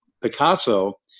Picasso